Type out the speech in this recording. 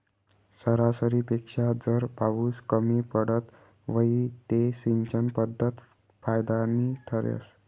सरासरीपेक्षा जर पाउस कमी पडत व्हई ते सिंचन पध्दत फायदानी ठरस